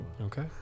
Okay